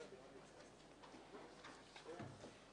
הישיבה ננעלה בשעה 10:39.